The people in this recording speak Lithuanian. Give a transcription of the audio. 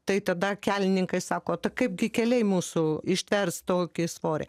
tai tada kelininkai sako tai kaipgi keliai mūsų ištvers tokį svorį